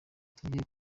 tujye